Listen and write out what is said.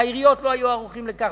העיריות לא היו ערוכות לכך.